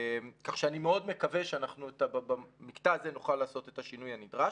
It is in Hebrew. כך שאני מאוד מקווה שאנחנו במקטע הזה נוכל לעשות את השינוי הנדרש.